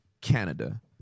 Canada